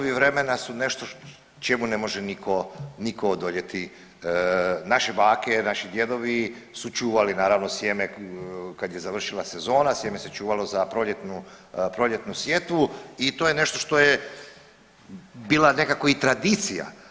Da, izazovi vremena su nešto čemu ne može niko odoljeti, naše bake, naši djedovi su čuvali naravno sjeme kad je završila sezona, sjeme se čuvalo za proljetnu sjetvu i to je nešto što je bila nekako i tradicija.